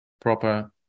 proper